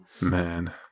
Man